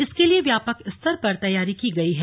इसके लिए व्यापक स्तर पर तैयारी की गई है